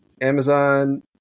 Amazon